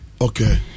Okay